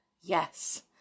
Yes